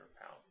pound